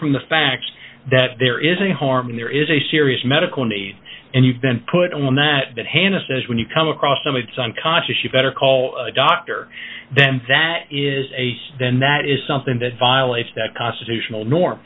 from the facts that there is a harm there is a serious medical need and you've been put on that that hannah says when you come across some it's unconscious you better call a doctor then that is a then that is something that violates that constitutional norm